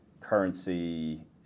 currency